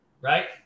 right